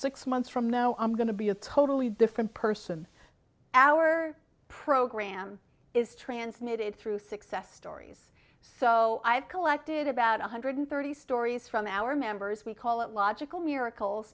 six months from now i'm going to be a totally different person our program is transmitted through success stories so i've collected about one hundred thirty stories from our members we call it logical miracles